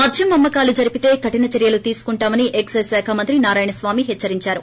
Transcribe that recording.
మద్యం అమ్మకాలు జరిపితే కరిన చర్యలు తీసుకుంటామని ఎక్సెజ్శాఖ మంత్రి నారాయణస్వామి హెచ్చరించారు